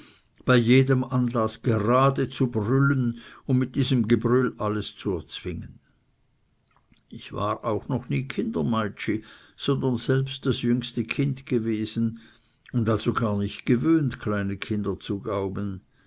bei jedem anlaß geradeaus zu brüllen und mit diesem gebrüll alles zu erzwingen ich war noch nie kindemeitschi sondern selbst das jüngste kind gewesen und also gar nicht gewöhnt kleine kinder zu gaumen